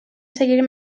seguir